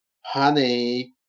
Honey